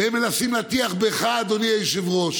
והם מנסים להטיח בך, אדוני היושב-ראש